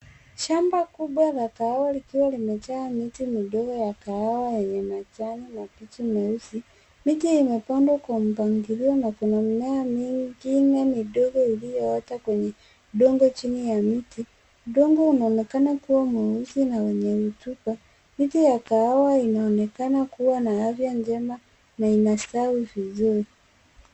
Shamba kubwa la kahawa likiwa limejaa miti midogo ya kahawa yenye majani mabichi meusi miti imepandwa kwa mpangilio na kuna mimea mingine midogo iliyoota kwenye udongo chini ya miti udongo unaonekana kuwa mweusi na wenye rutuba miti ya kahawa inaonekana kuwa na afya njema na inastawi vizuri.